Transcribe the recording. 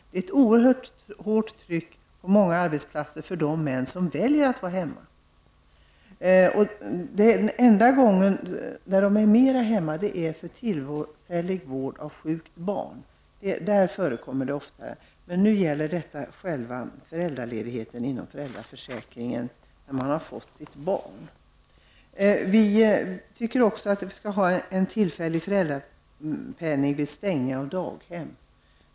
De män som väljer att stanna hemma utsätts för ett oerhört stort tryck. Det enda tillfälle när det accepteras att de är hemma är vid tillfällig vård av sjukt barn. Det förekommer ganska ofta. Men här gäller det alltså själva föräldraledigheten inom ramen för föräldraförsäkringen. Vi anser också att man skall införa en tillfällig föräldrapenning i samband med stängning av daghem.